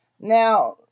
Now